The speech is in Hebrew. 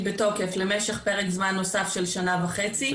בתוקף למשך פרק זמן נוסף של שנה וחצי.